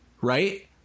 right